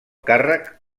càrrec